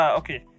okay